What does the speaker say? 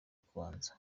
kubanza